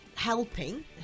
Helping